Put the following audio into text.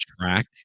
track